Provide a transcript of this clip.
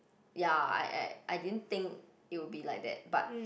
ya I at I didn't think it will be like that but